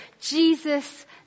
Jesus